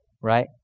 right